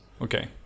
okay